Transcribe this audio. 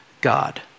God